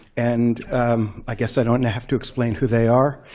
and i guess i don't and have to explain who they are.